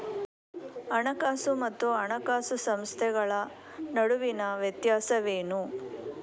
ಹಣಕಾಸು ಮತ್ತು ಹಣಕಾಸು ಸಂಸ್ಥೆಗಳ ನಡುವಿನ ವ್ಯತ್ಯಾಸವೇನು?